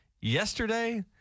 Yesterday